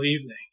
evening